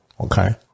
Okay